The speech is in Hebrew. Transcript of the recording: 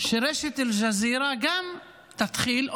שרשת אל-ג'זירה גם תתחיל,